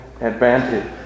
advantage